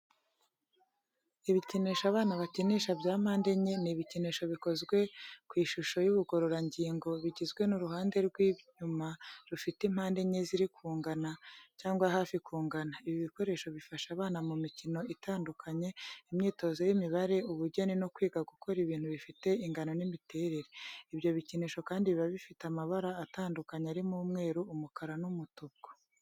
Ibikinisho abana bakinikisha bya mpande enye ni ibikinisho bikozwe kw'ishusho y’ubugororangingo, bigizwe n’uruhande rw’inyuma rufite impande enye ziri kungana cyangwa hafi kungana. Ibi bikoresho bifasha abana mu mikino itandukanye, imyitozo y’imibare, ubugeni, no kwiga gukora ibintu bifite ingano n’imiterere. Ibyo bikinisho kandi biba bifite amabara atandukanye arimo: umweru, umukara n'umutuku.